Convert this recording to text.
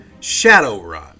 Shadowrun